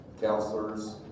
counselors